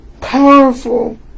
powerful